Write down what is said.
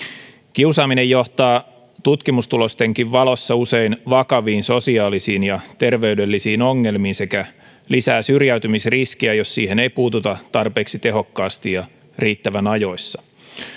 kiusaaminen johtaa tutkimustulostenkin valossa usein vakaviin sosiaalisiin ja terveydellisiin ongelmiin sekä lisää syrjäytymisriskiä jos siihen ei puututa tarpeeksi tehokkaasti ja riittävän ajoissa